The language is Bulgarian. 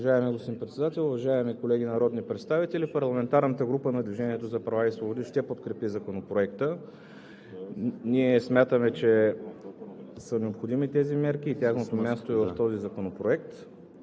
Уважаеми господин Председател, уважаеми колеги народни представители! Парламентарната група на „Движението за права и свободи“ ще подкрепи Законопроекта. Ние смятаме, че тези мерки са необходими и тяхното място e в този законопроект.